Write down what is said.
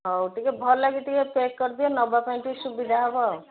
ହଉ ଟିକେ ଭଲକି ଟିକେ ପ୍ୟାକ୍ କରିଦିଅ ନେବା ପାଇଁ ଟିକେ ସୁବିଧା ହେବ ଆଉ